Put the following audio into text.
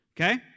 Okay